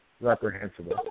reprehensible